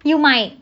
you might